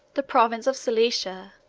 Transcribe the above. the province of cilicia,